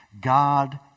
God